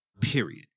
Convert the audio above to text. period